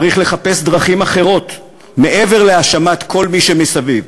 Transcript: צריך לחפש דרכים אחרות, מעבר להאשמת כל מי שמסביב.